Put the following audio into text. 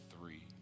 three